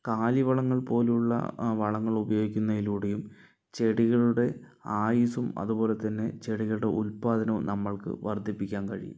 കാലി വളങ്ങൾ പോലുള്ള വളങ്ങൾ ഉപയോഗിക്കുന്നതിലൂടെയും ചെടികളുടെ ആയുസും അതുപോലെ തന്നെ ചെടികളുടെ ഉല്പാദനവും നമ്മൾക്ക് വർദ്ധിപ്പിക്കാൻ കഴിയും